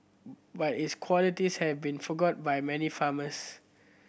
but its qualities have been forgot by many farmers